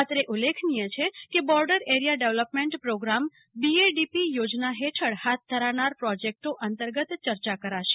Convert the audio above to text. અત્રે ઉલ્લેખનીય છે કે border area development programme BADP યોજના ફેઠળફાથ ધરાનાર પ્રોજેકટો અંતર્ગત ચર્ચા કરાશે